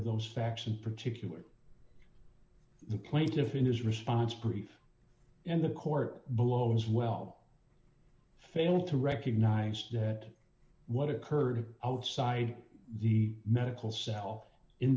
of those facts in particular the plaintiff in his response brief and the court below as well fail to recognize that what occurred outside the medical cell in